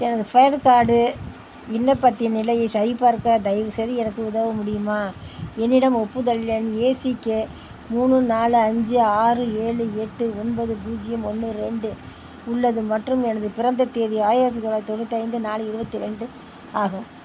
எனது PAN card விண்ணப்பத்தின் நிலையை சரிபார்க்க தயவுசெய்து எனக்கு உதவ முடியுமா என்னிடம் ஒப்புதல் எண் ஏ சி கே மூணு நாலு அஞ்சு ஆறு ஏழு எட்டு ஒன்பது பூஜ்ஜியம் ஒன்று ரெண்டு உள்ளது மற்றும் எனது பிறந்த தேதி ஆயிரத்தி தொள்ளாயிரத்தி தொண்ணூற்றி ஐந்து நாலு இருபத்தி ரெண்டு ஆகும்